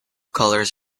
colours